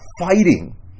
fighting